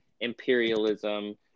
imperialism